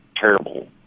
terrible